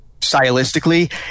stylistically